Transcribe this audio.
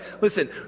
Listen